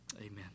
Amen